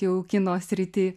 jau kino srity